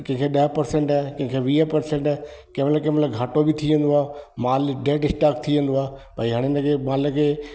कंहिंखे ॾह पर्सेंट कंहिंखे वीह पर्सेंट कंहिं महिल कंहिं महिल घाटो बि थी वेंदो आहे मालु डेडस्टॉक थी वेंदो आहे भाई हाणे हिन खे माल खे